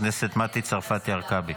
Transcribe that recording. חברת הכנסת מטי צרפתי הרכבי,